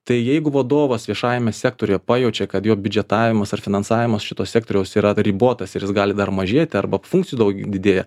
tai jeigu vadovas viešajame sektoriuje pajaučia kad jo biudžetavimas ar finansavimas šito sektoriaus yra ribotas ir jis gali dar mažėti arba funkcijų daug didėja